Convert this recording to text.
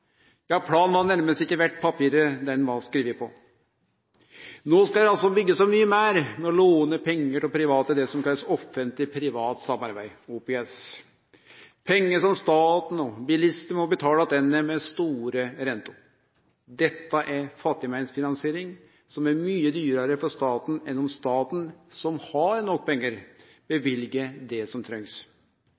Ja, planen var nærmast ikkje verd papiret han var skriven på. No skal dei altså byggje så mykje meir og låne pengar av private, det som blir kalla offentleg–privat samarbeid, OPS, pengar som staten og bilistar må betale attende med høge renter. Dette er fattigmannsfinansiering, som er mykje dyrare for staten enn om staten, som har nok pengar, løyver det som trengst.